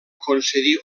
concedir